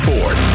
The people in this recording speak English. Ford